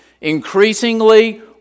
increasingly